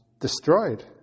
Destroyed